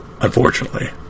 unfortunately